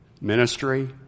Ministry